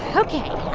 ah ok.